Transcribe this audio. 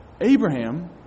Abraham